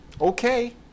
okay